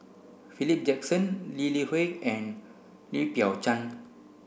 Philip Jackson Lee Li Hui and Lim Biow Chuan